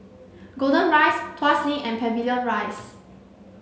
Golden Rise Tuas Link and Pavilion Rise